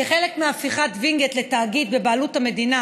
כחלק מהפיכת וינגייט לתאגיד בבעלות המדינה